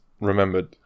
remembered